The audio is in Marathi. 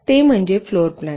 ते म्हणजे फ्लोर प्लॅनिंग